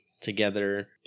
together